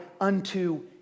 unto